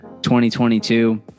2022